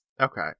Okay